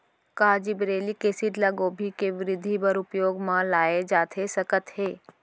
का gibberellic acid ल गोभी के वृद्धि बर उपयोग म लाये जाथे सकत हे?